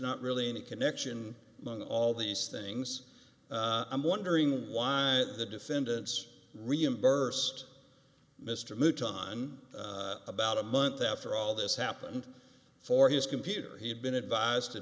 not really any connection among all these things i'm wondering why the defendants reimbursed mr mouton about a month after all this happened for his computer he had been advised to